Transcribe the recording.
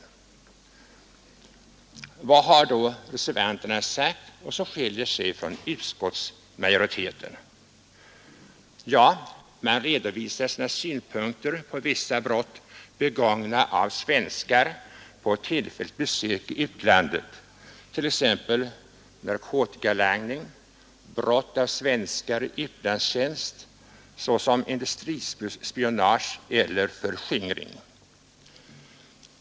Vad har då reservanterna sagt som skiljer sig från utskottsmajoritetens uttalande? Ja, man redovisar sina synpunkter på vissa brott begångna av svenskar på tillfälligt besök i utlandet, t.ex. narkotikalangning och brott av svenskar i utlandstj st, såsom industrispionage och förskingring.